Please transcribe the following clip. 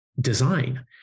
design